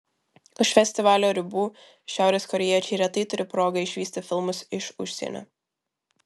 už festivalio ribų šiaurės korėjiečiai retai turi progą išvysti filmus iš užsienio